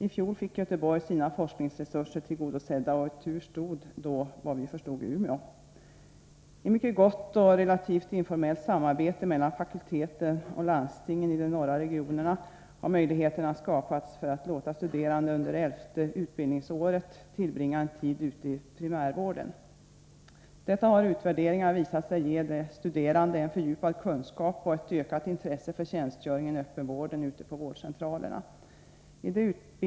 I fjol fick Göteborg sina krav på forskningsresurser tillgodosedda, och i tur stod då, efter vad vi förstod, Umeå. I mycket gott och relativt informellt samarbete mellan fakulteten och landstingen i den norra regionen har möjligheter skapats för att låta studerande under den elfte utbildningsterminen tillbringa en tid ute i primärvården. Detta har i utvärderingar visat sig ge de studerande en fördjupad kunskap och ett ökat intresse för tjänstgöring i öppenvården ute på vårdcentralerna.